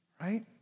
right